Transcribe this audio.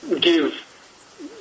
give